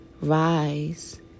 rise